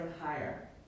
higher